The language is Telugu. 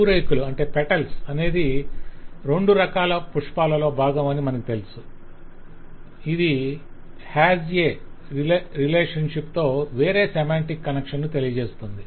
పూరేకులు అనేది రెండు రకాల పుష్పాలలో భాగం అని మనకు తెలుసు ఇది HAS A రిలేషన్షిప్ తో వేరే సెమాంటిక్ కనెక్షన్ ను తెలియజేస్తుంది